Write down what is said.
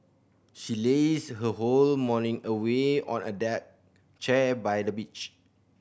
she lazed her whole morning away on a deck chair by the beach